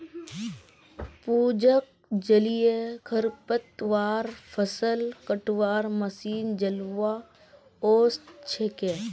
पूजाक जलीय खरपतवार फ़सल कटवार मशीन चलव्वा ओस छेक